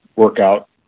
Workout